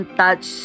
touch